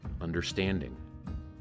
understanding